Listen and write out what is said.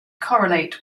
correlate